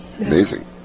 Amazing